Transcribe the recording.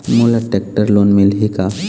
मोला tractor loan मिलही का?